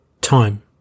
time